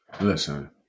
listen